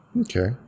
Okay